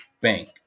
bank